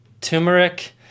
turmeric